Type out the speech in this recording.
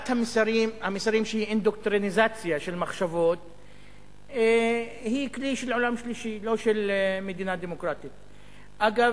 אגב,